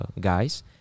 guys